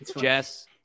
Jess